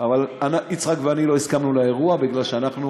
אבל יצחק ואני לא הסכמנו לאירוע, בגלל שאנחנו,